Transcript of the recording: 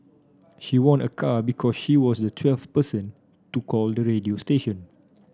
she won a car because she was the twelfth person to call the radio station